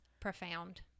profound